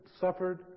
suffered